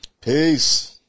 Peace